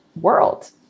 world